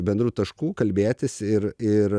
bendrų taškų kalbėtis ir ir